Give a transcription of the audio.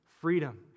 freedom